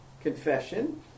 confession